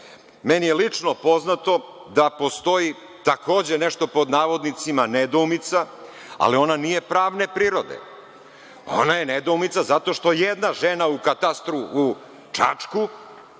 Meni je lično poznato da postoji takođe nešto „nedoumica“, ali ona nije pravne prirode. Ona je nedoumica zato što jedna žena u katastru u Čačku